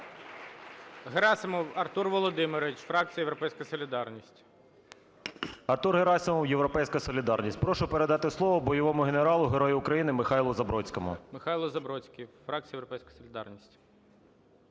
Герасимов Артур Володимирович, фракція "Європейська солідарність". 10:28:11 ГЕРАСИМОВ А.В. Артур Герасимов, "Європейська солідарність". Прошу передати слово бойовому генералу Герою України Михайлу Забродському. ГОЛОВУЮЧИЙ. Михайло Забродський, фракція "Європейська солідарність".